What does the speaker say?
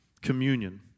Communion